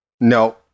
No